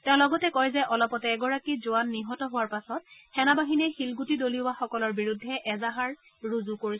তেওঁ লগতে কয় যে অলপতে এগৰাকী জোৱান নিহত হোৱাৰ পাছত সেনা বাহিনীয়ে শিলগুটি দলিওৱাসকলৰ বিৰুদ্ধে এজাহাৰ ৰুজু কৰিছে